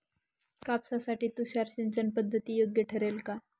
कापसासाठी तुषार सिंचनपद्धती योग्य ठरेल का?